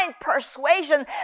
persuasion